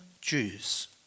Jews